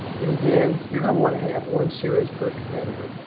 and again, you're going to want to have one series per competitor.